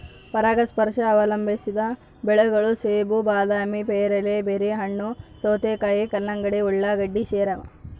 ಪರಾಗಸ್ಪರ್ಶ ಅವಲಂಬಿಸಿದ ಬೆಳೆಗಳು ಸೇಬು ಬಾದಾಮಿ ಪೇರಲೆ ಬೆರ್ರಿಹಣ್ಣು ಸೌತೆಕಾಯಿ ಕಲ್ಲಂಗಡಿ ಉಳ್ಳಾಗಡ್ಡಿ ಸೇರವ